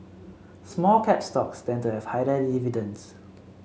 small cap stocks tend to have higher dividends